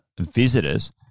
visitors